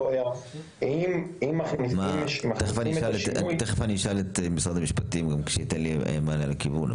תכף אני אבקש ממשרד המשפטים לתת לי מענה לזה.